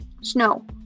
Snow